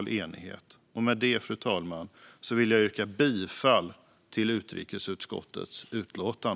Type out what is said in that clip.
Med det, fru talman, vill jag yrka bifall till utrikesutskottets förslag.